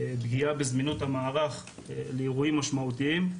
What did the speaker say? פגיעה בזמינות המערך לאירועים משמעותיים,